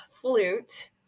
flute